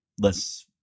less